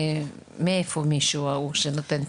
מאיפה מי שנותן מענה?